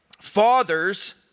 Fathers